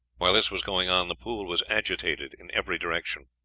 while this was going on, the pool was agitated in every direction.